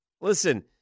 listen